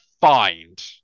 find